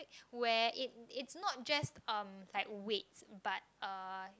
where it it's not just um like weights but uh